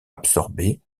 absorbée